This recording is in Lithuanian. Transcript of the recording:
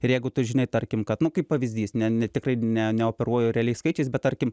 ir jeigu tu žinai tarkim kad nu kaip pavyzdys ne ne tikrai ne neoperuoju realiais skaičiais bet tarkim